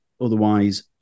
Otherwise